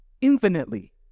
infinitely